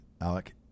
Alec